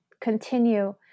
continue